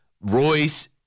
Royce